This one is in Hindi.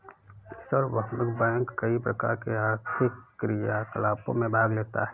सार्वभौमिक बैंक कई प्रकार के आर्थिक क्रियाकलापों में भाग लेता है